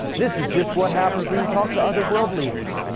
this is just what happens when you talk to other world leaders.